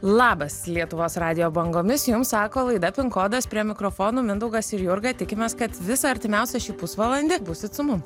labas lietuvos radijo bangomis jums sako laida kodas prie mikrofonų mindaugas ir jurga tikimės kad visą artimiausią šį pusvalandį būsit su mum